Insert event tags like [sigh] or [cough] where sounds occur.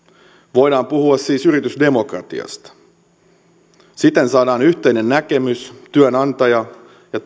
voidaan puhua siis yritysdemokratiasta siten saadaan yhteinen näkemys työnantaja ja [unintelligible]